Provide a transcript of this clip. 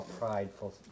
prideful